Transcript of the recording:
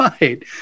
right